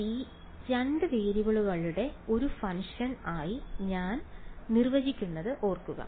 G G രണ്ട് വേരിയബിളുകളുടെ ഒരു ഫംഗ്ഷൻ ആയി ഞാൻ നിർവചിച്ചിരിക്കുന്നത് ഓർക്കുക